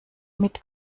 mit